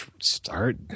start